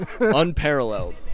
Unparalleled